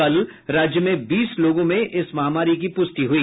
कल राज्य में बीस लोगों में इस महामारी की पुष्टि हुई